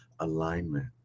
alignment